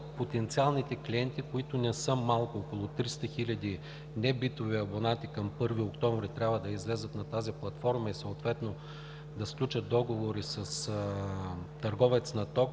потенциалните клиенти, които не са малко – около 300 хиляди небитови абонати, към 1 октомври трябва да излязат на тази платформа и съответно да сключат договори с търговец на ток,